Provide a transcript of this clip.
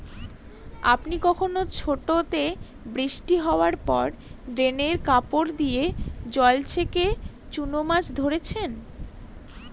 আপনি কখনও ছোটোতে বৃষ্টি হাওয়ার পর ড্রেনে কাপড় দিয়ে জল ছেঁকে চুনো মাছ ধরেছেন?